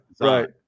right